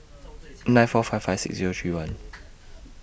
nine four five five six Zero three one